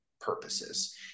purposes